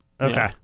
Okay